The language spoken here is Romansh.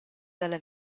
dalla